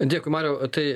dėkui mariau tai